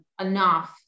enough